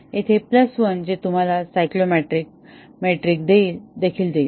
येथे प्लस 1 जे तुम्हाला सायक्लोमॅटिक मेट्रिक देखील देईल